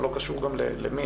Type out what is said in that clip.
וזה לא קשור למין,